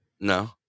no